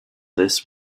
this